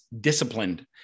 disciplined